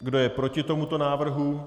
Kdo je proti tomuto návrhu?